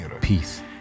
peace